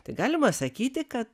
tai galima sakyti kad